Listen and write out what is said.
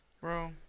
Bro